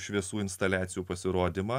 šviesų instaliacijų pasirodymą